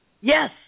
Yes